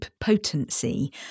potency